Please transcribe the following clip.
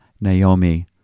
Naomi